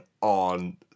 on